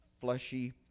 fleshy